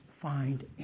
find